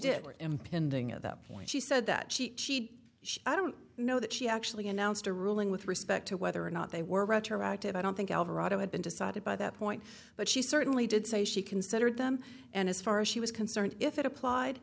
did were impending at that point she said that she she she i don't know that she actually announced a ruling with respect to whether or not they were retroactive i don't think alvarado had been decided by that point but she certainly did say she considered them and as far as she was concerned if it applied